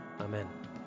amen